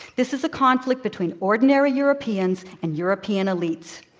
this is a conflict between ordinary europeans and european elites.